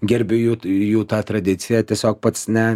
gerbiu jų jų tą tradiciją tiesiog pats ne